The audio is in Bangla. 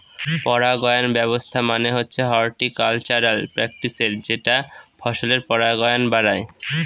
পরাগায়ন ব্যবস্থা মানে হচ্ছে হর্টিকালচারাল প্র্যাকটিসের যেটা ফসলের পরাগায়ন বাড়ায়